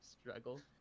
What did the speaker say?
struggle